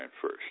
first